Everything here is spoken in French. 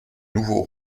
nouveau